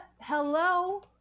Hello